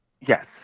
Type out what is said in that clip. Yes